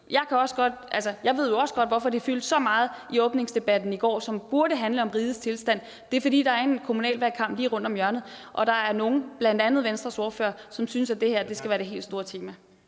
Jeg ved jo også godt, hvorfor det fyldte så meget i åbningsdebatten i går, som burde have handlet om rigets tilstand. Og det er, fordi der er en kommunal valgkamp lige rundt om hjørnet, og der er nogle, bl.a. Venstres ordfører, som synes, at det her skal være det helt store tema.